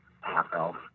half-elf